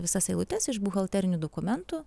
visas eilutes iš buhalterinių dokumentų